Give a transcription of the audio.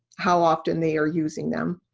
how often they are using them.